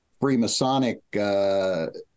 Freemasonic